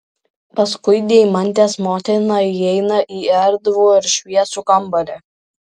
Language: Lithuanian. paskui deimantės motiną įeina į erdvų ir šviesų kambarį